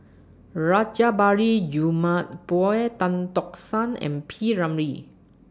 Rajabali Jumabhoy Tan Tock San and P Ramlee